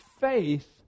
faith